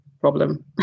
problem